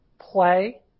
play